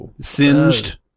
Singed